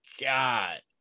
God